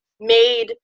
made